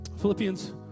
Philippians